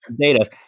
data